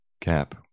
Cap